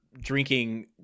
drinking